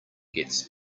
gets